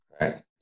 Right